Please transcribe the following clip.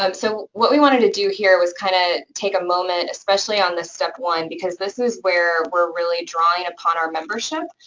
um so what we wanted to do here was kind of take a moment, especially on this step one, because this is where we're really drawing upon our membership,